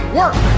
work